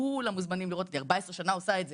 כולם מוזמנים לראות את זה, 14 שנה עושה את זה.